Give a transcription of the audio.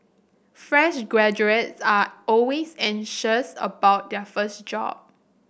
fresh graduates are always anxious about their first job